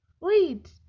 wait